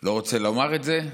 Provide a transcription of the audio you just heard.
לא רוצה לומר את זה,